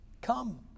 Come